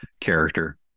character